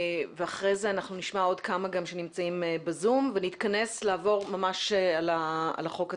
ואחרי זה אנחנו נשמע עוד כמה שנמצאים ב"זום" ונתכנס לעבור על החוק עצמו,